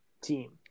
team